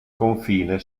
confine